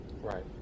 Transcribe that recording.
Right